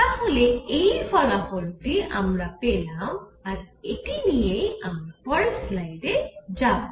তাহলে এই ফলাফল টি আমরা পেলাম আর এটি নিয়েই আমরা পরের স্লাইডে যাবো